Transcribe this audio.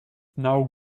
now